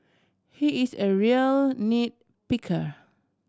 he is a real nit picker